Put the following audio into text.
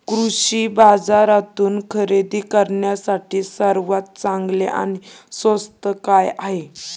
कृषी बाजारातून खरेदी करण्यासाठी सर्वात चांगले आणि स्वस्त काय आहे?